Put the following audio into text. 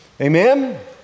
Amen